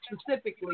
specifically